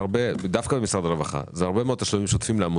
דווקא במשרד הרווחה זה הרבה מאוד תשלומים שוטפים לעמותות.